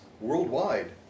worldwide